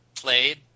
played